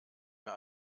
mehr